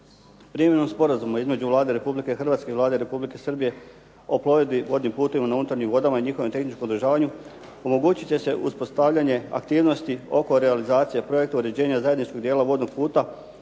Primjenom sporazuma između Vlade Republike Hrvatske i Vlade Republike Srbije o plovidbi vodnim putovima na unutarnjim vodama i njihovom tehničkom održavanja omogućit će se uspostavljanje aktivnosti oko realizacije projekta uređenja zajedničkog dijela vodnog puta